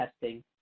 testing